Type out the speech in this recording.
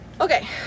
Okay